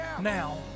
now